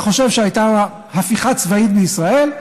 אלא אם כן אתה חושב שהייתה הפיכה צבאית בישראל,